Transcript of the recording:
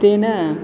तेन